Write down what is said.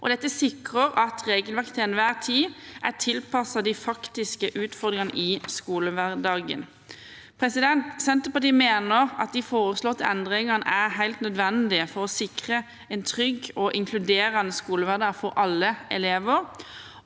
Dette sikrer at regelverket til enhver tid er tilpasset de faktiske utfordringene i skolehverdagen. Senterpartiet mener at de foreslåtte endringene er helt nødvendige for å sikre en trygg og inkluderende skolehverdag for alle elever